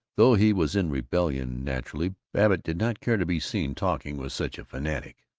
though he was in rebellion, naturally babbitt did not care to be seen talking with such a fanatic,